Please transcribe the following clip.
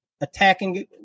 attacking –